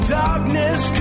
darkness